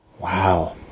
Wow